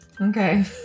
Okay